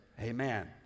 Amen